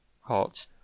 hot